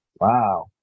wow